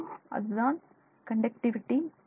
அதுதான் கண்டக்டிவிடி மதிப்பு